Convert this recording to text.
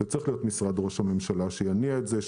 זה צריך להיות משרד ראש הממשלה שיניע את זה,